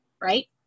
right